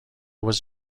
was